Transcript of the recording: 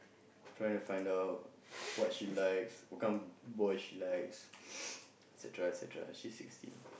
trying to find out what she likes what kind of boy she likes et-cetera et-cetera she's sixteen